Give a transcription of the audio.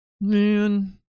man